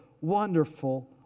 wonderful